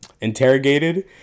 interrogated